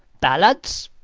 ballads?